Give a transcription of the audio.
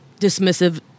dismissive